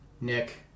Nick